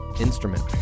instrument